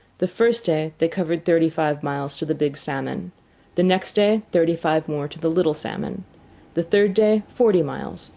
the first day they covered thirty-five miles to the big salmon the next day thirty-five more to the little salmon the third day forty miles,